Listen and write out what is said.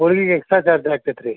ಹೋಳಿಗೆಗೆ extra charge ಆಗ್ತೈತೆ ರೀ